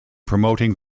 promoting